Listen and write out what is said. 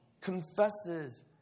confesses